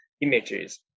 images